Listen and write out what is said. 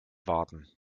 warten